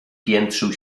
piętrzył